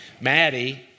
Maddie